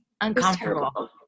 Uncomfortable